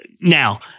now